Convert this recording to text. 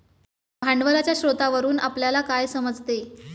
भांडवलाच्या स्रोतावरून आपल्याला काय समजते?